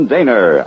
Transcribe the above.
Daner